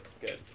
good